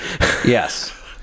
Yes